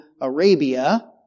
Arabia